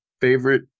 favorite